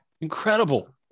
incredible